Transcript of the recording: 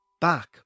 back